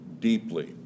deeply